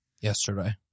Yesterday